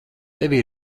tevī